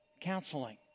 counseling